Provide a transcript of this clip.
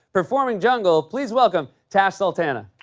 performing jungle, please welcome tash sultana.